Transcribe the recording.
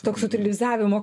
toks utilizavimo